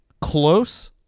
close